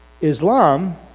Islam